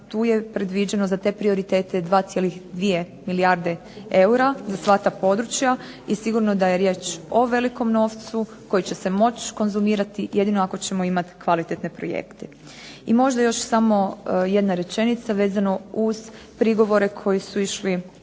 tu je predviđeno za te prioritete 2,2 milijarde eura za sva ta područja i sigurno da je riječ o velikom novcu koji će se moći konzumirati jedino ako ćemo imati kvalitetne projekte. I možda još samo jedna rečenica vezano uz prigovore koji su išli